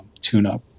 tune-up